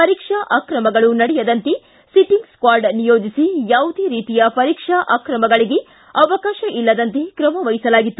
ಪರೀಕ್ಷಾ ಅಕ್ರಮಗಳು ನಡೆಯದಂತೆ ಒಟ್ಟಂಗ್ ಸ್ಟ್ವಾಡ್ ನೀಯೋಜಿಸಿ ಯಾವುದೇ ರೀತಿಯ ಪರೀಕ್ಷಾ ಆಕ್ರಮಗಳಿಗೆ ಅವಕಾಶ ಇಲ್ಲದಂತೆ ಕ್ರಮ ವಹಿಸಲಾಗಿತ್ತು